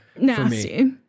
Nasty